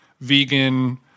vegan